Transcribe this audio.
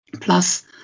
Plus